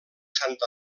sant